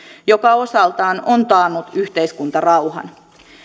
joka osaltaan on taannut yhteiskuntarauhan